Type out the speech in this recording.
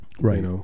Right